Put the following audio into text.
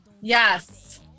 Yes